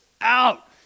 out